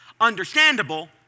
understandable